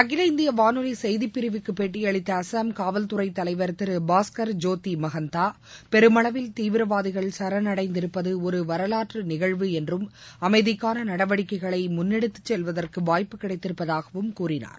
அகில இந்தியவானொலிசெய்திப்பிரிவுக்குபேட்டியளித்தஅசாம் காவல் துறைத் தலைவர் திருபாஸ்கர் ஜோதிமகந்தா பெருமளவில் தீவிரவாதிகள் சரணடைந்திருப்பதுஒருவரலாற்றுநிகழ்வு என்றும் அமைதிகானநடவடிக்கைகளைமுன்னெடுத்துச் செல்வதற்குவாய்ப்பு கிடைத்திருப்பதாகவும் கூறினார்